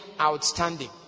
outstanding